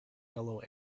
yellow